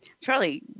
Charlie